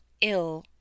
ill